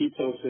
ketosis